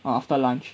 uh after lunch